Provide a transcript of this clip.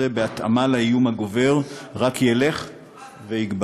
צורך זה, בהתאמה לאיום הגובר, רק ילך ויגבר.